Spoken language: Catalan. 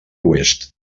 oest